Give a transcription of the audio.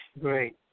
great